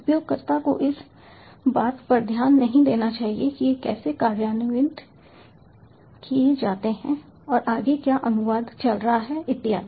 उपयोगकर्ता को इस बात पर ध्यान नहीं देना चाहिए कि ये कैसे कार्यान्वित किए जाते हैं और आगे क्या अनुवाद चल रहा है इत्यादि